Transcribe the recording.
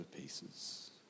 pieces